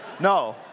No